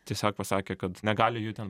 tiesiog pasakė kad negali jų ten